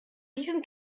diesem